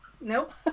nope